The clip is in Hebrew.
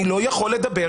אני לא יכול לדבר.